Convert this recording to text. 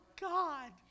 God